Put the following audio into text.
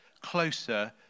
closer